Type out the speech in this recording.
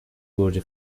گوجه